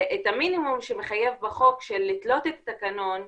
את המינימום שמחויב בחוק של לתלות את התקנון,